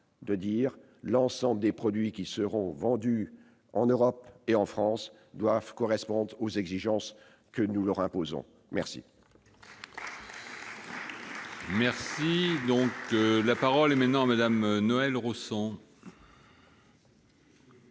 simple : l'ensemble des produits qui seront vendus en Europe et en France doivent correspondre aux exigences que nous leur imposons. La